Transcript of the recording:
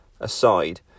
aside